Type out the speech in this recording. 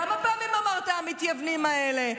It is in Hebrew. כמה פעמים אמרת "המתייוונים האלה"?